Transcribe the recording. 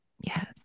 Yes